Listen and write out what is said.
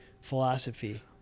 philosophy